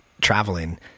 traveling